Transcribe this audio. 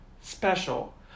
special